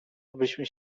abyśmy